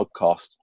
podcast